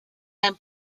ein